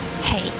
Hey